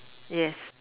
yes